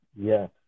Yes